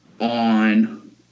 on